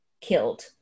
killed